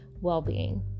well-being